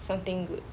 something good